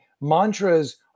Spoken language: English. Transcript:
mantras